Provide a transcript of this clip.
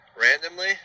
randomly